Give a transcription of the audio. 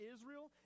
Israel